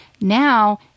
Now